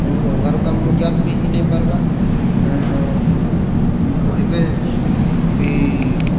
ତେଣୁ ଅଙ୍ଗାରକାମ୍ଳ ଗ୍ୟାସ୍ ବି ହେଇ ନାଇଁ ପାର୍ବା ଇ ପରିବେଶ୍ ବି